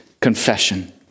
confession